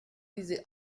diese